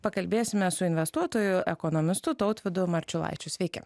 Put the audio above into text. pakalbėsime su investuotoju ekonomistu tautvydu marčiulaičiu sveiki